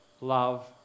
love